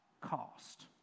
cost